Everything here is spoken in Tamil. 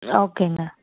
ஓகேங்க